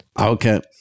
Okay